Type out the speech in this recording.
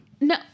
no